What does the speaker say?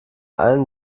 einen